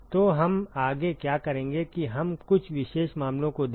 तो हम आगे क्या करेंगे कि हम कुछ विशेष मामलों को देखें